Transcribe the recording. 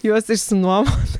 juos išsinuomot